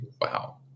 Wow